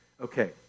Okay